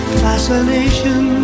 fascination